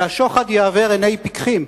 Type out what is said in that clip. והשוחד יעוור עיני פיקחים.